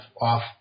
off